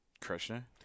Krishna